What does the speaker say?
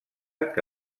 que